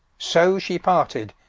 so she parted,